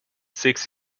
six